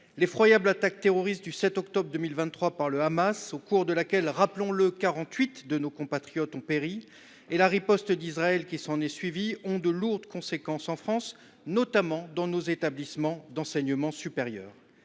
L’effroyable attaque terroriste du 7 octobre 2023 par le Hamas – rappelons le, quarante huit de nos compatriotes y ont péri – et la riposte d’Israël qui s’est ensuivie ont de lourdes conséquences en France, notamment dans les établissements d’enseignement supérieur.